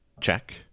check